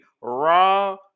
Raw